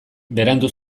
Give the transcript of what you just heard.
berandu